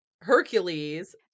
hercules